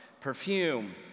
perfume